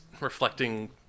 reflecting